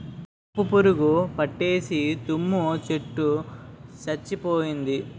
గుంపు పురుగు పట్టేసి తుమ్మ చెట్టు సచ్చిపోయింది